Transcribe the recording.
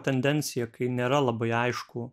tendencija kai nėra labai aišku